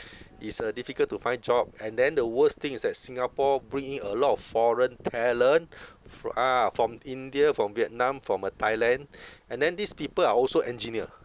is uh difficult to find job and then the worst thing is that singapore bring in a lot of foreign talent fro~ ah from india from vietnam from uh thailand and then these people are also engineer